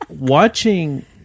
watching